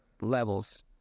levels